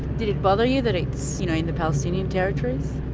did it bother you that it's you know in the palestinian territories?